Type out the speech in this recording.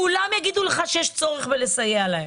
וכולם יגידו לך שיש צורך לסייע להם,